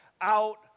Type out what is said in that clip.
out